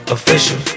Official